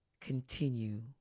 continue